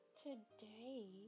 today